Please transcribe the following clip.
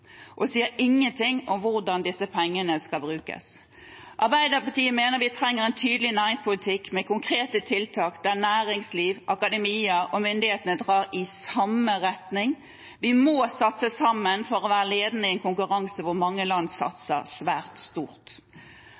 og sier ingen ting om hvordan disse pengene skal brukes. Arbeiderpartiet mener vi trenger en tydelig næringspolitikk med konkrete tiltak der næringsliv, akademia og myndighetene drar i samme retning. Vi må satse sammen for å være ledende i en konkurranse hvor mange land satser svært stort.